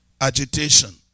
agitation